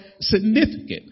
significant